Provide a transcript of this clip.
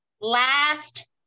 Last